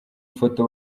foto